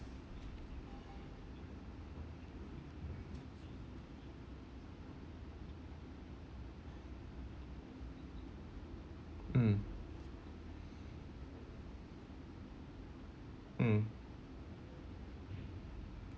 mm mm